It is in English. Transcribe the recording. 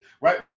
right